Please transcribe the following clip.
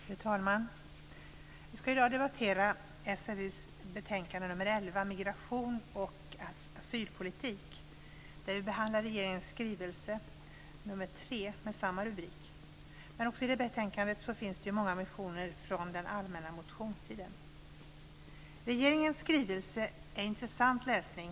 Fru talman! Vi ska i dag debattera SfU:s betänkande nr 11, Migration och asylpolitik, där vi behandlar regeringens skrivelse nr 3 med samma rubrik. Men i betänkandet finns också många motioner från den allmänna motionstiden. Regeringens skrivelse är intressant läsning.